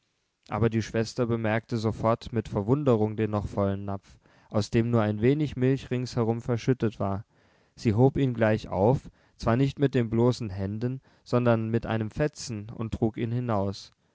aber die schwester bemerkte sofort mit verwunderung den noch vollen napf aus dem nur ein wenig milch ringsherum verschüttet war sie hob ihn gleich auf zwar nicht mit den bloßen händen sondern mit einem fetzen und trug ihn hinaus